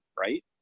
right